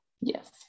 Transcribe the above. Yes